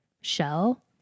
shell